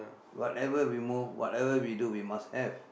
whatever we move whatever we do we must have